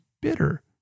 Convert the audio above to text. bitter